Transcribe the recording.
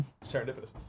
Serendipitous